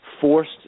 forced